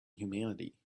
humanity